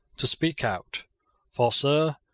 to speak out for, sir,